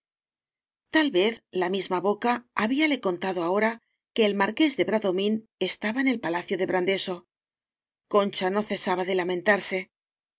tal vez la misma boca había le contado ahora que el marqués de bradomín estaba en el palacio de brandeso concha no cesaba de lamentarse